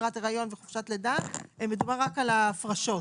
שמירת הריון וחופשת לידה מדובר רק על ההפרשות.